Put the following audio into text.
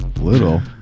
Little